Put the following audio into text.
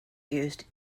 used